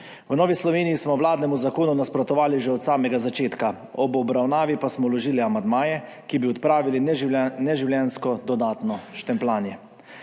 V Novi Sloveniji smo vladnemu zakonu nasprotovali že od samega začetka. Ob obravnavi pa smo vložili amandmaje, ki bi odpravili neživljenjsko dodatno štempljanje.